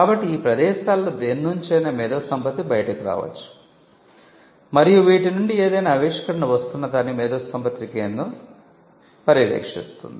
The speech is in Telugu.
కాబట్టి ఈ ప్రదేశాలలో దేనినుంచైనా మేధోసంపత్తి బయటకు రావచ్చు మరియు వీటి నుండి ఏదైనా ఆవిష్కరణ వస్తున్నదా అని మేధోసంపత్తి కేంద్రం పర్యవేక్షిస్తుంది